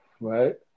right